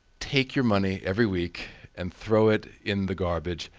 take your money every week and throw it in the garbage.